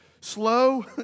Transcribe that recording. Slow